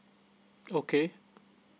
okay